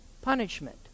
punishment